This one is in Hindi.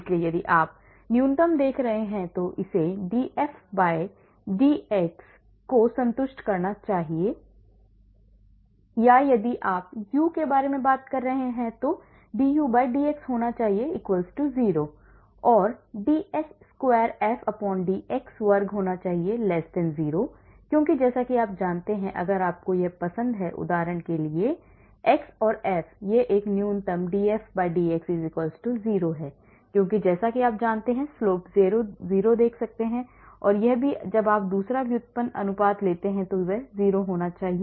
इसलिए यदि आप न्यूनतम देख रहे हैं तो इसे df dx को संतुष्ट करना चाहिए या यदि आप u के बारे में बात कर रहे हैं तो du dx होना चाहिए 0 और dsquaref dx वर्ग होना चाहिए 0 क्योंकि जैसा कि आप जानते हैं कि अगर आपको यह पसंद है उदाहरण के लिए x और f यह एक न्यूनतम df dx 0 है क्योंकि जैसा कि आप ढलान 0 देख सकते हैं और यह भी जब आप दूसरा व्युत्पन्न अनुपात लेते हैं तो यह 0 होना चाहिए